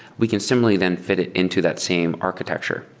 we can simply then fit it into that same architecture.